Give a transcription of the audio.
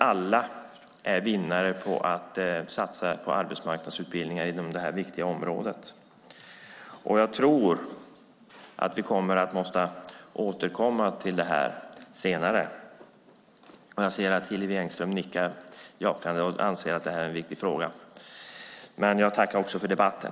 Alla är vinnare på att satsa på arbetsmarknadsutbildningar inom detta viktiga område. Jag tror att vi måste återkomma till detta senare. Jag ser att Hillevi Engström nickar. Jag anser att det är en viktig fråga. Jag tackar för debatten.